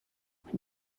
when